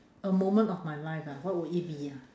a moment of my life ah what would it be ah